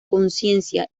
conciencia